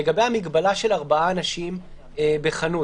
לגבי המגבלה של ארבעה אנשים בחנות,